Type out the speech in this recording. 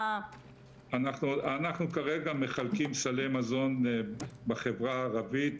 אנחנו כרגע מחלקים סלי מזון בחברה הערבית,